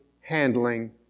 handling